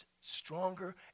stronger